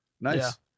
Nice